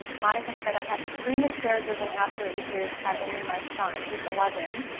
monica said i had three miscarriages and after eight years had only my son. he's eleven.